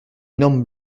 énorme